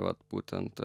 vat būtent